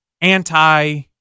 anti